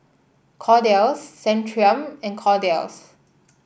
Kordel's Centrum and Kordel's